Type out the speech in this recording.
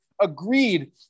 agreed